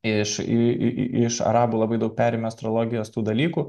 iš iš arabų labai daug perėmė astrologijos tų dalykų